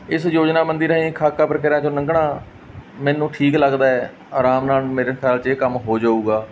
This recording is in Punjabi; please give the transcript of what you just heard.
ਇਸ ਯੋਜਨਾ ਮੰਦੀ ਨੇ ਜੀ ਖਾਕਾ ਪ੍ਰਕਿਰਿਆ 'ਚੋਂ ਲੰਘਣਾ ਮੈਨੂੰ ਠੀਕ ਲੱਗਦਾ ਹੈ ਆਰਾਮ ਨਾਲ ਮੇਰੇ ਖਿਆਲ 'ਚ ਇਹ ਕੰਮ ਹੋ ਜਾਵੇਗਾ